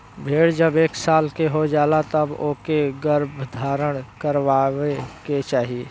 भेड़ जब एक साल के हो जाए तब ओके गर्भधारण करवाए के चाही